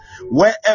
wherever